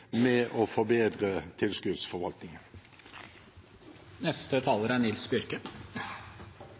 med å forbedre